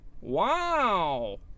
Wow